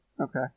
okay